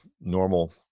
normal